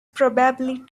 probably